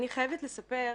אני חייבת לספר,